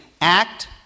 act